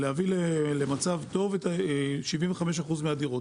להביא למצב טוב 75% מהדירות.